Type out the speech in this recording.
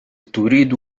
تريد